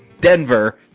Denver